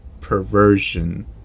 perversion